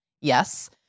yes